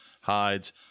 hides